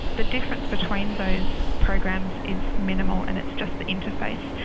the difference between those programs is minimal and it's just the interface.